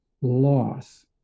loss